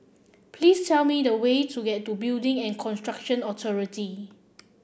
please tell me the way to get to Building and Construction Authority